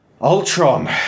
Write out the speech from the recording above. Ultron